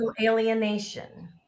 alienation